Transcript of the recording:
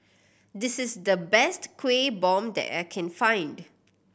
this is the best Kueh Bom that I can find